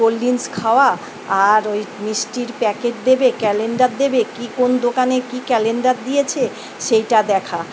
cold drinks খাওয়া আর ওই মিষ্টির প্যাকেট দেবে ক্যালেন্ডার দেবে কী কোন দোকানে কি ক্যালেন্ডার দিয়েছে সেইটা দেখা